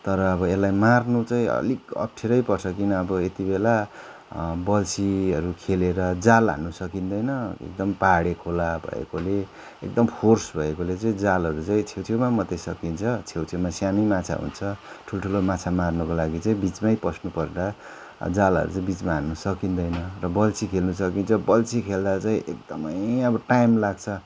तर अब यसलाई मार्नु चाहिँ अलिक अप्ठ्यारै पर्छ किन अब यति बेला बल्छीहरू खेलेर जाल हान्नु सकिँदैन एकदम पाहाडे खोला भएकोले एकदम फोर्स भएकोले चाहिँ जालहरू चाहिँ छेउछेउमा मात्रै सकिन्छ छेउछेउमा सानै माछा हुन्छ ठुल्ठुलो माछा मार्नुको लागि चाहिँ बिचमै पस्नुपर्दा अब जालहरू चाहिँ बिचमा हान्न सकिँदैन र बल्छी खेल्न सकिन्छ र बल्छी खेल्दा चाहिँ एकदमै अब टाइम लाग्छ